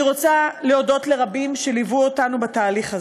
אני רוצה להודות לרבים שליוו אותנו בתהליך זה: